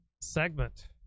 segment